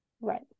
Right